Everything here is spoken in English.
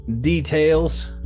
details